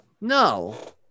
no